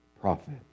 prophet